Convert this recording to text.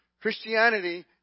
Christianity